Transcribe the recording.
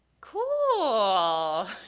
cool.